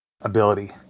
ability